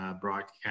broadcast